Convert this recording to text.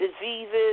diseases